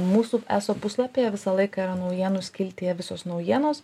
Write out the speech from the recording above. mūsų eso puslapyje visą laiką yra naujienų skiltyje visos naujienos